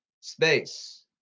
Space